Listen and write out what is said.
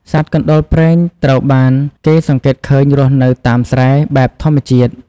សត្វកណ្តុរព្រែងត្រូវបានគេសង្កេតឃើញរស់នៅតាមស្រែ បែបធម្មជាតិ។